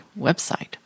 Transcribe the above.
website